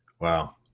Wow